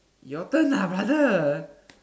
your turn ah brother